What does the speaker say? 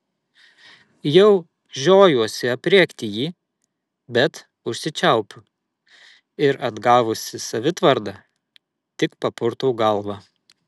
jau žiojuosi aprėkti jį bet užsičiaupiu ir atgavusi savitvardą tik papurtau galvą